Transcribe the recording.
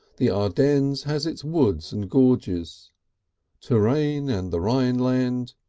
the ardennes has its woods and gorges touraine and the rhineland,